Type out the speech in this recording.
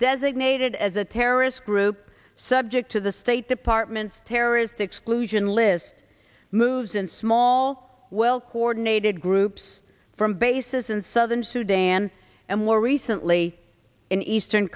designated as a terrorist group subject to the state department's terror or is the exclusion list moves in small well coordinated groups from bases in southern sudan and more recently in eastern